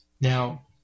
Now